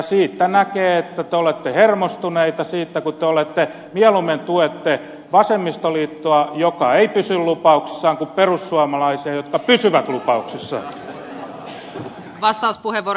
siitä näkee että te olette hermostuneita kun te mieluummin tuette vasemmistoliittoa joka ei pysy lupauksissaan kuin perussuomalaisia jotka pysyvät lupauksissaan